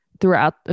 throughout